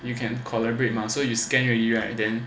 you can collaborate mah so you scan you already right then